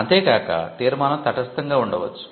అంతే కాక తీర్మానం తటస్థంగా ఉండవచ్చు